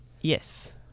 Yes